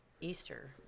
Easter